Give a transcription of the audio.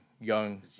young